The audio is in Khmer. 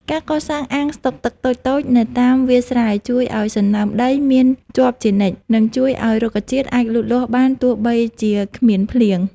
ការកសាងអាងស្តុកទឹកតូចៗនៅតាមវាលស្រែជួយឱ្យសំណើមដីមានជាប់ជានិច្ច និងជួយឱ្យរុក្ខជាតិអាចលូតលាស់បានទោះបីជាគ្មានភ្លៀង។